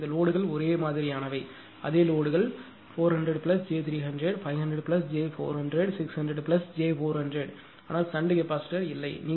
எனவே இந்த லோடுகள் ஒரே மாதிரியானவை அதே லோடுகள் 400j300 500j400 600j400 ஆனால் ஷன்ட் கெபாசிட்டர் இல்லை